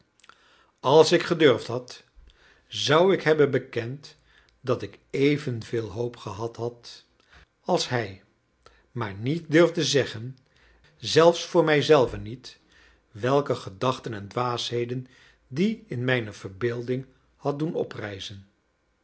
als ik gedurfd had zou ik hebben bekend dat ik evenveel hoop gehad had als hij maar niet durfde zeggen zelfs voor mij zelven niet welke gedachten en dwaasheden die in mijne verbeelding had doen